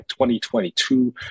2022